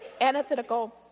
antithetical